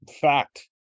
fact